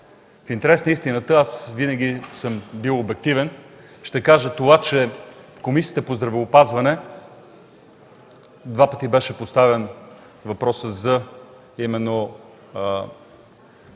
В интерес на истината, аз винаги съм бил обективен, и ще кажа, че в Комисията по здравеопазването два пъти беше поставян въпросът за